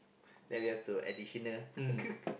then we have to additional